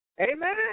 Amen